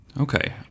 Okay